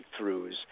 breakthroughs